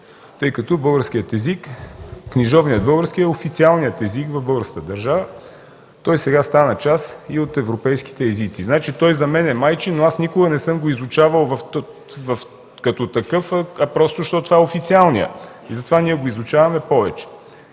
тъй като книжовният български език е официалният в българската държава. Той сега стана част и от европейските езици. Значи, той за мен е майчин, но аз никога не съм го изучавал като такъв, а просто защото това е официалният и затова го изучаваме повече.